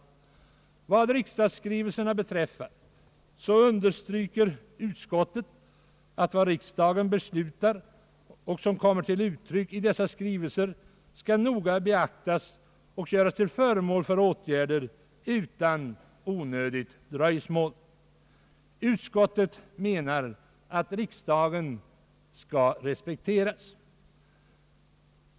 När det gäller riksdagsskrivelserna understryker utskottet, att det som riksdagen beslutar och som kommer till uttryck i dessa skrivelser skall noga beaktas och leda till åtgärder utan onödigt dröjsmål. Utskottet menar och vill att riksdagen skall respekteras.